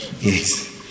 Yes